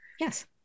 Yes